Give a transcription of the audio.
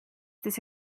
this